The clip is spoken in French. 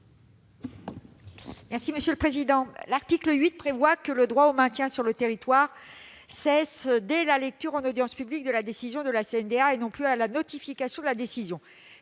Assassi, sur l'article. L'article 8 prévoit que le droit au maintien sur le territoire cesse dès la lecture en audience publique de la décision de la CNDA, et non plus à partir de la notification de la décision.